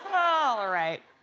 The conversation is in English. all right.